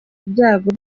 ibyago